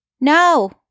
No